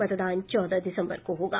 मतदान चौदह दिसम्बर को होगा